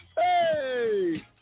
Hey